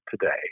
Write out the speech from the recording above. today